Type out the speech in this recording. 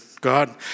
God